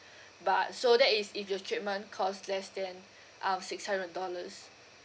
but so that is if your treatment costs less than uh six hundred dollars